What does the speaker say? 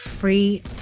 free